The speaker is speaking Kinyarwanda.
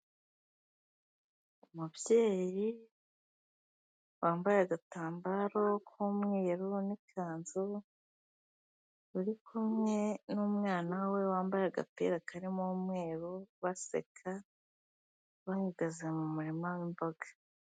Umubyeyi wambaye agatambaro k'umweru n'ikanzu, uri kumwe n'umwana we wambaye agapira karimo umweru baseka, bahagaze mu murima w'imboga.